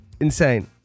Insane